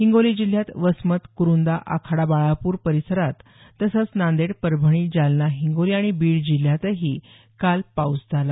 हिंगोली जिल्ह्यात वसमत कुरुंदा आखाडा बाळापूर परिसरात तसंच नांदेड परभणी जालना हिंगोली आणि बीड जिल्ह्यातही काल पाऊस झाला